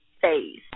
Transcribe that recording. Face